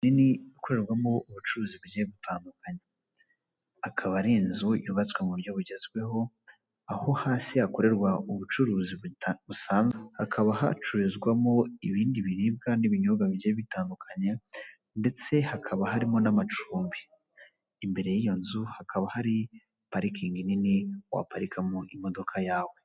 Nini ikorerwamo ubucuruzi bugiye gutandukanye, akaba ari inzu yubatswe mu buryo bugezweho, aho hasi hakorerwa ubucuruzi, hakaba hacururizwamo ibindi biribwa n'ibinyobwa bigiye bitandukanye, ndetse hakaba harimo n'amacumbi, imbere y'iyo nzu hakaba hari parikingi nini waparikamo imodoka yawe.